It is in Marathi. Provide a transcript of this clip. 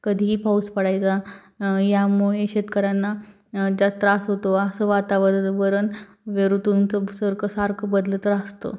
कधीही पाऊस पडायचा यामुळे शेतकऱ्यांना त्याच त्रास होतो असं वातावर वरण ऋतूंचं सरखं सारखं बदलत असतं